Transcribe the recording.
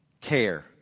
care